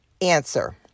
Answer